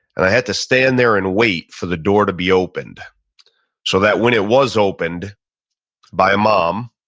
i had to stand there and wait for the door to be opened so that when it was opened by a mom,